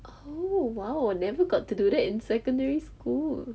oh !wow! never got to do that in secondary school